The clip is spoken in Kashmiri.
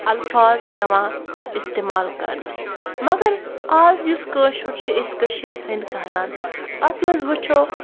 الفاظ یِوان اِستعمال کَرنہٕ مگر آز یُس کٲشُر چھِ أسۍ کٔشیٖرِ ہٕنٛدۍ کَران اَتھ مَنٛز وٕچھو